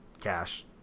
cash